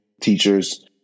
teachers